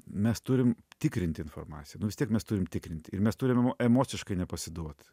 mes turim tikrinti informaciją nu vis tiek mes turim tikrinti ir mes turime emociškai nepasiduot